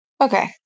Okay